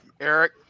Eric